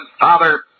father